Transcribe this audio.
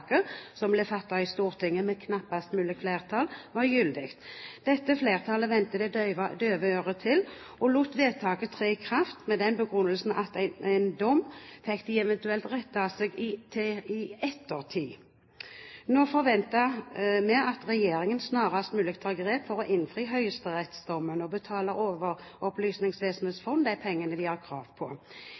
vedtaket som var fattet i Stortinget med knappest mulig flertall, var gyldig. Dette flertallet vendte det døve øret til og lot vedtaket tre i kraft, med den begrunnelsen at en dom fikk de eventuelt rette seg etter i ettertid. Nå forventer vi at regjeringen snarest mulig tar grep for å innfri høyesterettsdommen og betale Opplysningsvesenets fond de pengene det har krav på.